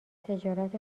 تجارت